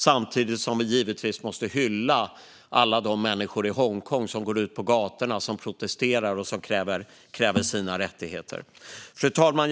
Samtidigt måste vi givetvis hylla alla de människor i Hongkong som går ut på gatorna och protesterar och kräver sina rättigheter. Fru talman!